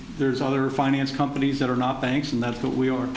there's other finance companies that are not banks and that's what we are